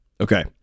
Okay